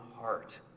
heart